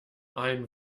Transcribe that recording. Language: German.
ein